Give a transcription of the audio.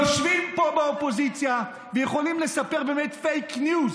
יושבים פה באופוזיציה ויכולים לספר באמת פייק ניוז,